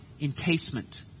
encasement